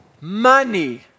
Money